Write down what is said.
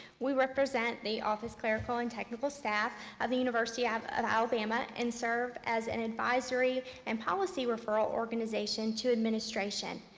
we represent the office, clerical, and technical staff of the university of of alabama and serve as an advisory and policy referral organization to administration.